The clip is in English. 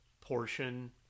portion